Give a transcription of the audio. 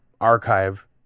archive